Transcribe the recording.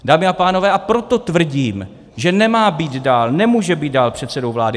Dámy a pánové, a proto tvrdím, že nemá být dál, nemůže být dál předsedou vlády.